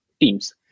teams